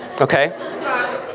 Okay